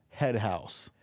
headhouse